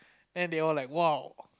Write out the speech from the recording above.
then they all like !wow!